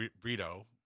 Brito